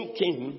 king